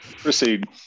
Proceed